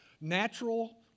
natural